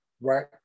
Right